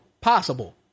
possible